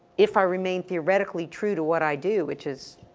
if i remain theoretically true to what i do, which is